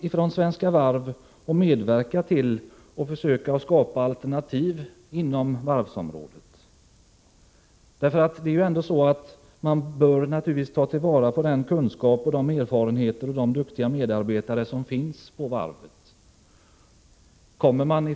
Kommer Svenska Varv att medverka till att försöka skapa alternativ på varvsområdet? Man bör naturligtvis ta till vara den kunskap, de erfarenheter och de duktiga medarbetare som finns på varvet.